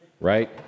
Right